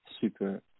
super